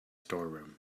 storeroom